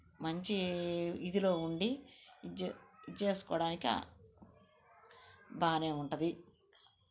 మంచి ఇదిలో ఉండి ఇది చేసుకోడానికి బాగానే ఉంటుంది